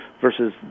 versus